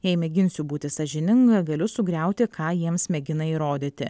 jei mėginsiu būti sąžininga galiu sugriauti ką jiems mėgina įrodyti